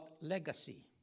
legacy